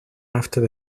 after